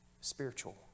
Spiritual